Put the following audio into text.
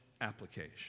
application